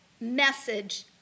message